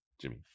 jimmy